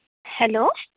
hello